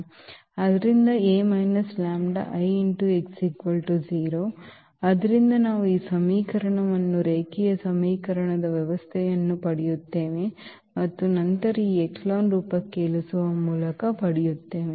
ಆದ್ದರಿಂದ ಈ A λI x 0 ಆದ್ದರಿಂದ ನಾವು ಈ ಸಮೀಕರಣವನ್ನು ರೇಖೀಯ ಸಮೀಕರಣದ ವ್ಯವಸ್ಥೆಯನ್ನು ಪಡೆಯುತ್ತೇವೆ ಮತ್ತು ನಂತರ ಈ ಎಚೆಲಾನ್ ರೂಪಕ್ಕೆ ಇಳಿಸುವ ಮೂಲಕ ಪಡೆಯುತ್ತೇವೆ